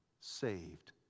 saved